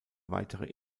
weitere